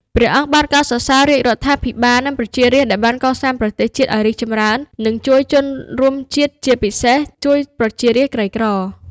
ព្រះអង្គបានកោតសរសើររាជរដ្ឋាភិបាល និងប្រជារាស្ត្រដែលបានកសាងប្រទេសជាតិឱ្យរីកចម្រើន និងជួយជនរួមជាតិ ជាពិសេសជួយប្រជារាស្ត្រក្រីក្រ។